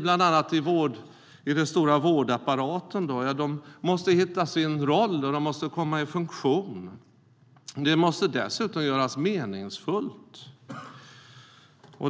bland annat den stora vårdapparaten måste hitta sina roller och fungera. Jobben måste dessutom göras meningsfulla.